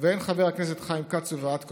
והן חבר הכנסת חיים כץ ובאת כוחו,